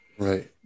Right